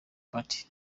party